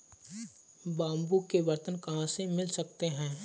Bamboo के बर्तन कहाँ से मिल सकते हैं?